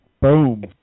Boom